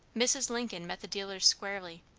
mrs. lincoln met the dealers squarely,